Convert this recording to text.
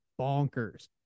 bonkers